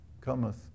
cometh